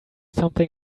something